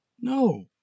No